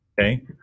Okay